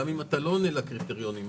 גם אם אתה לא עונה לקריטריונים האחרים.